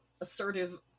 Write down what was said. assertive